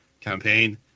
campaign